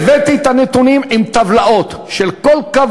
הבאתי את הנתונים עם טבלאות של כל קו